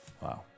Wow